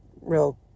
real